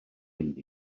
mynd